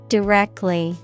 Directly